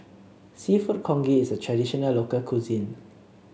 seafood Congee is a traditional local cuisine